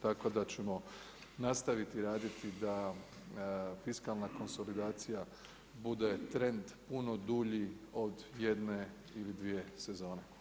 Tako da ćemo nastaviti raditi da fiskalna konsolidacija bude trend puno dulji od jedne ili dvije sezone.